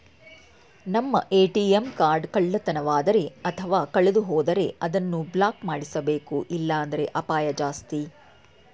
ನಮ್ಮ ATM card ಕಳ್ಳತನವಾದರೆ ಅಥವಾ ಕಳೆದುಹೋದರೆ ಅದನ್ನು ಬ್ಲಾಕ್ ಮಾಡಿಸಬೇಕು ಇಲ್ಲಾಂದ್ರೆ ಅಪಾಯ ಜಾಸ್ತಿ